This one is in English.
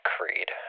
Creed